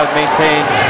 maintains